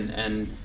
and,